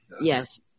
Yes